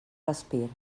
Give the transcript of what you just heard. respir